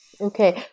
Okay